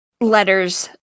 letters